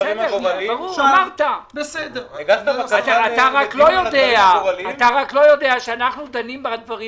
אתה רק לא יודע שאנחנו דנים בדברים